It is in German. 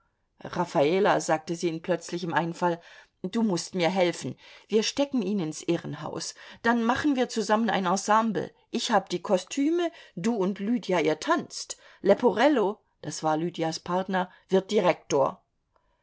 raffala sagte sie in plötzlichem einfall du mußt mir helfen wir stecken ihn ins irrenhaus dann machen wir zusammen ein ensemble ich hab die kostüme du und lydia ihr tanzt leporello das war lydias partner wird direktor